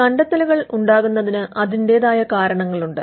കണ്ടെത്തലുകൾ ഉണ്ടാകുന്നതിന് അതിന്റെതായ കാരണങ്ങളുണ്ട്